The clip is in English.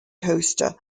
coaster